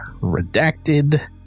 Redacted